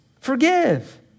forgive